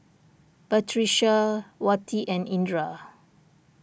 Batrisya Wati and Indra